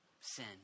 Sin